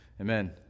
amen